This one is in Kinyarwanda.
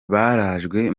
barajwe